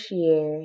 year